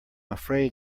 afraid